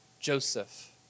Joseph